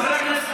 חברי הכנסת,